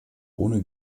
ohne